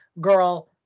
girl